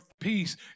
peace